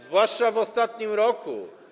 Zwłaszcza w ostatnim roku.